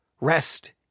rest